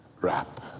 wrap